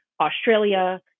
Australia